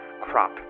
crop